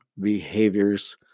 behaviors